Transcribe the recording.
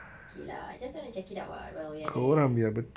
okay lah just want to check it out while we are there betul aqilah